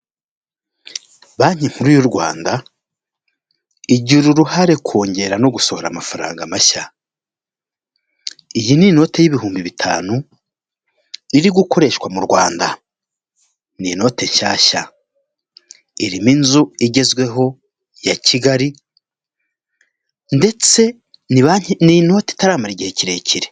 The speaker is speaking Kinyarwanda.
Banki nkuru y'u Rwanda igira uruhare kongera no gusohora amafaranga mashya, iyi ni inote y'ibihumbi bitanu iri gukoreshwa mu Rwanda, ni inote nshyashya, irimo inzu igezweho ya Kigali ndetse ni banki ni inote itaramara igihe kirekire.